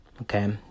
okay